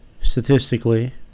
statistically